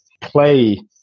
play